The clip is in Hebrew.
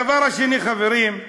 הדבר השני, חברים,